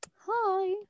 hi